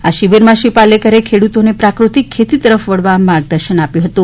આ શિબિરમાં શ્રી પાલેકરે ખેડૂતોને પ્રાકૃતિક ખેતી તરફ વળવા માર્ગદર્શન આપ્યું હતું